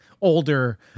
older